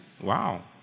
Wow